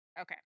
Okay